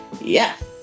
Yes